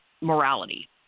morality